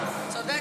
צודק, צודק.